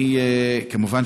כמובן,